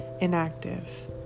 inactive